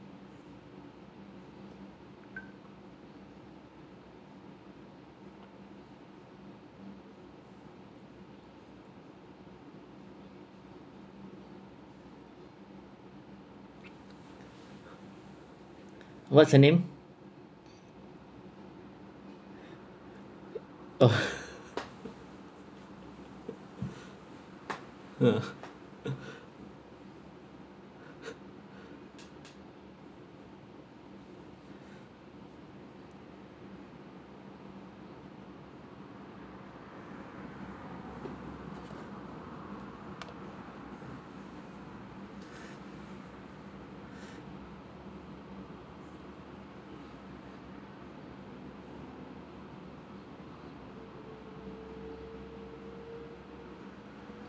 what's her name ah